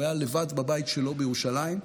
הוא היה לבד בבית שלו בירושלים,